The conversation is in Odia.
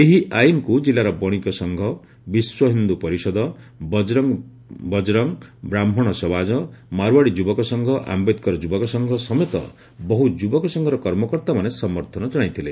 ଏହି ଆଇନ୍କୁ ଜିଲ୍ଲାର ବଶିକ ସଂଘ ବିଶ୍ୱ ହିନ୍ଦ ପରିଷଦ ବଜରଙ୍ଙ ବ୍ରାହୁଣ ସମାଜ ମାରଓ୍ୱାଡ଼ି ଯୁବକ ସଂଘ ଆମ୍ମେଦକର ଯୁବକ ସଂଘ ସମେତ ବହ୍ ଯୁବକ ସଂଘର କର୍ମକର୍ତ୍ତାମାନେ ସମର୍ଥନ ଜଣାଇଥିଲେ